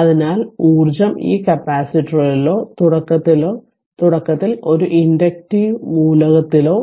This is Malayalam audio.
അതിനാൽ ഊർജ്ജം ആ കപ്പാസിറ്ററിലോ തുടക്കത്തിൽ ഒരു ഇൻഡക്റ്റീവ് മൂലകത്തിലോ